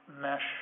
mesh